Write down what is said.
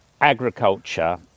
agriculture